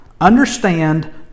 understand